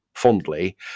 fondly